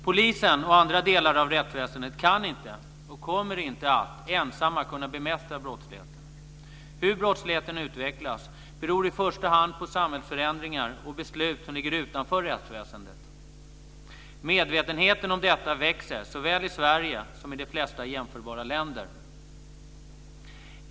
Polisen och andra delar av rättsväsendet kan inte och kommer inte att ensamma kunna bemästra brottsligheten. Hur brottsligheten utvecklas beror i första hand på samhällsförändringar och beslut som ligger utanför rättsväsendet. Medvetenheten om detta växer såväl i Sverige som i de flesta jämförbara länder.